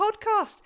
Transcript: podcast